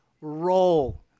roll